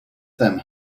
them